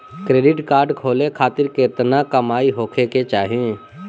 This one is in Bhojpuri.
क्रेडिट कार्ड खोले खातिर केतना कमाई होखे के चाही?